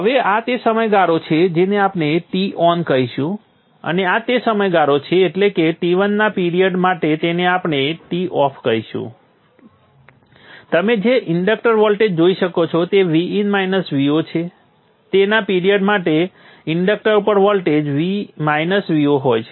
હવે આ તે સમયગાળો છે જેને આપણે T on કહીશું અને આ તે સમયગાળો છે એટલે કે T1 ના પિરીઅડ માટે તેને આપણે T off કહીશું તમે જે ઇન્ડક્ટર વોલ્ટેજ જોઈ શકો છો તે Vin Vo છે તેના પિરીઅડ માટે ઈન્ડક્ટર ઉપર વોલ્ટેજ Vo હોય છે